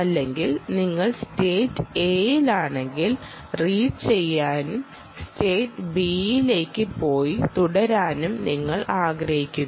അല്ലെങ്കിൽ നിങ്ങൾ സ്റ്റേറ്റ് എയിലാണെങ്കിൽ റീഡ് ചെയ്യാനു സ്റ്റേറ്റ് ബിയിലേക്ക് പോയി തുടരാനും നിങ്ങൾ ആഗ്രഹിക്കുന്നു